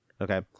Okay